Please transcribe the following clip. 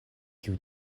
kiu